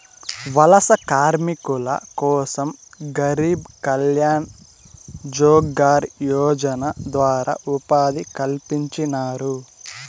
వలస కార్మికుల కోసం గరీబ్ కళ్యాణ్ రోజ్గార్ యోజన ద్వారా ఉపాధి కల్పించినారు